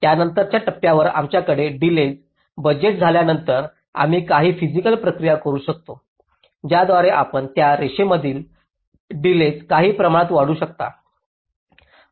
तर त्यानंतरच्या टप्प्यावर आमच्याकडे डिलेज बजेट झाल्यानंतर आम्ही काही फिसिकल प्रक्रिया करु शकतो ज्याद्वारे आपण त्या रेषांमधील डिलेज काही प्रमाणात वाढवू शकता